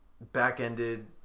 back-ended